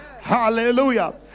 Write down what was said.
Hallelujah